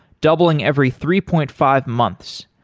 doubling every three point five months.